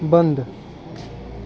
बन्द